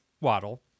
waddle